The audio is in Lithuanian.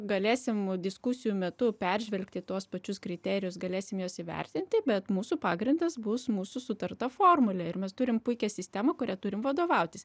galėsim diskusijų metu peržvelgti tuos pačius kriterijus galėsim juos įvertinti bet mūsų pagrindas bus mūsų sutarta formulė ir mes turim puikią sistemą kuria turim vadovautis